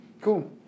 Cool